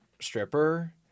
stripper